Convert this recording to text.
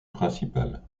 principale